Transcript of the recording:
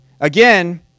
again